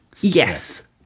Yes